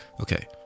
Okay